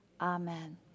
Amen